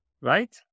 right